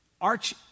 arch